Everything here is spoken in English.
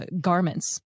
garments